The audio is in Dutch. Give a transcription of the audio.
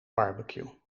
barbecue